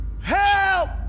Help